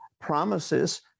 promises